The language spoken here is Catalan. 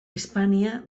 hispània